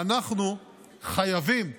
ואנחנו חייבים כמדינה,